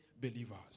believers